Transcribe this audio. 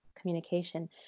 communication